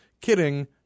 Kidding